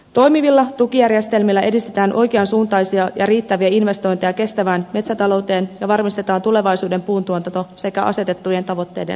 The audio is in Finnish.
toimivilla tukijärjestelmillä edistetään oikean suuntaisia ja riittäviä investointeja kestävään metsätalouteen ja varmistetaan tulevaisuuden puuntuotanto sekä asetettujen tavoitteiden saavuttaminen